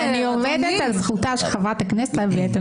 אני עומדת על זכותה של חברת הכנסת להביע את עמדתה.